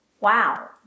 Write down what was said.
wow